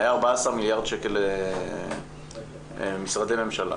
היה 14 מיליארד שקל משרדי ממשלה.